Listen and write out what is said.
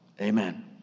Amen